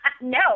No